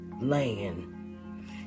land